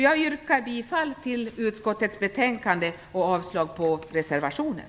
Jag yrkar bifall till utskottets hemställan och avslag på reservationen.